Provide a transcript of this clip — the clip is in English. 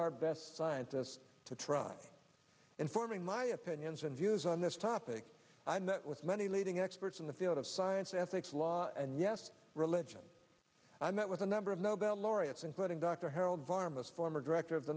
our best scientists to try in forming my opinions and views on this topic i met with many leading experts in the field of science ethics law and yes religion i met with a number of nobel laureates including dr harold varmus former director of the